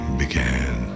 began